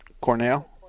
Cornell